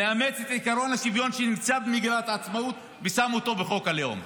מאמץ את עקרון השוויון שנמצא במגילת העצמאות ושם אותו בחוק הלאום.